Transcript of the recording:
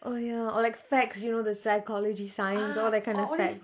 oh ya or like facts you know the psychology signs all that kind of facts